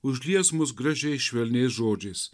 užlies mus gražiais švelniais žodžiais